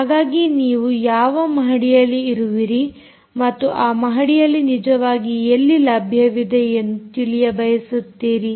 ಹಾಗಾಗಿ ನೀವು ಯಾವ ಮಹಡಿಯಲ್ಲಿ ಇರುವಿರಿ ಮತ್ತು ಆ ಮಹಡಿಯಲ್ಲಿ ನಿಜವಾಗಿ ಎಲ್ಲಿ ಲಭ್ಯವಿದೆ ಎಂದು ತಿಳಿಯಬಯಸುತ್ತೀರಿ